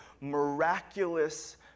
miraculous